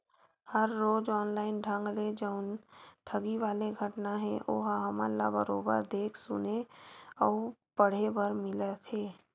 हर रोज ऑनलाइन ढंग ले जउन ठगी वाले घटना हे ओहा हमन ल बरोबर देख सुने अउ पड़हे बर मिलत हे